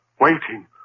waiting